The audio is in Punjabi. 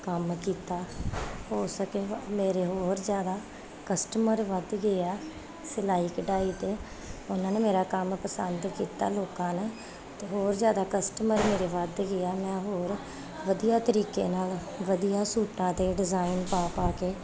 ਕੰਮ ਕੀਤਾ ਹੋ ਸਕੇ ਮੇਰੇ ਹੋਰ ਜ਼ਿਆਦਾ ਕਸਟਮਰ ਵੱਧ ਗਏ ਆ ਸਿਲਾਈ ਕਢਾਈ ਅਤੇ ਉਹਨਾਂ ਨੇ ਮੇਰਾ ਕੰਮ ਪਸੰਦ ਕੀਤਾ ਲੋਕਾਂ ਨੇ ਹੋਰ ਜ਼ਿਆਦਾ ਕਸਟਮਰ ਮੇਰੇ ਵੱਧ ਗਏ ਹੈ ਮੈਂ ਹੋਰ ਵਧੀਆ ਤਰੀਕੇ ਨਾਲ ਵਧੀਆ ਸੂਟਾਂ 'ਤੇ ਡਿਜ਼ਾਇਨ ਪਾ ਪਾ ਕੇ